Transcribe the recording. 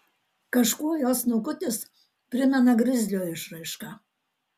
kažkuo jo snukutis primena grizlio išraišką